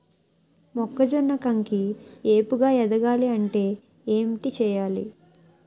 మొక్కజొన్న కంకి ఏపుగ ఎదగాలి అంటే ఏంటి చేయాలి?